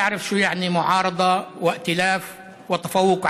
מהי אופוזיציה וקואליציה ועליונות מספרית.